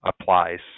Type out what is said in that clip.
applies